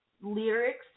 lyrics